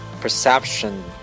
perception